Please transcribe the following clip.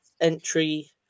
entry